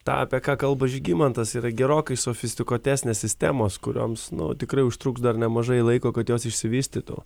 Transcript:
tą apie ką kalba žygimantas yra gerokai sofistikuotesnės sistemos kurioms nu tikrai užtruks dar nemažai laiko kad jos išsivystytų